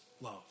love